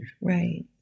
Right